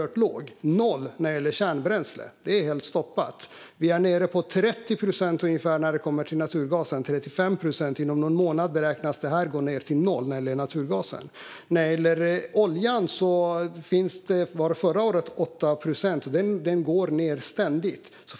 Den är noll när det gäller kärnbränsle. Kärnbränsleimporten är helt stoppad. När det gäller naturgas är vi nere på 30 procent ungefär, kanske 35 procent, och inom någon månad beräknas den gå ned till noll. När det gäller olja var den förra året 8 procent, och den går ständigt ned.